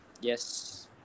Yes